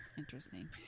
interesting